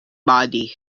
body